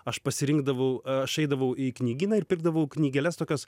aš pasirinkdavau aš eidavau į knygyną ir pirkdavau knygeles tokias